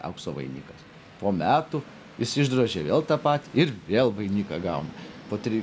aukso vainikas po metų jis išdrožia vėl tą patį ir vėl vainiką gauna po trijų